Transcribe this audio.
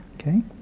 Okay